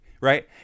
right